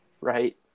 right